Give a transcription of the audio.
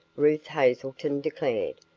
ruth hazelton declared.